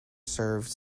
served